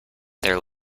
there